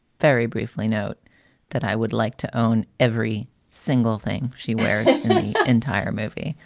very briefly, note that i would like to own every single thing she wears the entire movie.